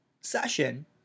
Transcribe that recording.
session